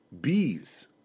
Bees